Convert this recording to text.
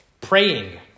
praying